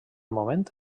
moment